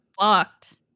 fucked